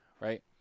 right